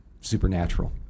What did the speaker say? supernatural